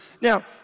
Now